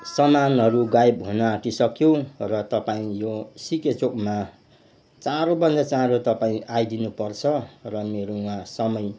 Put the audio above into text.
सामानहरू गायब हुनु आँटिसक्यो र तपाईँ यो सिके चौकमा चाँडोभन्दा चाँडो तपाईँ आइदिनु पर्छ र मेरो वहाँ समय